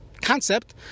concept